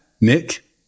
Nick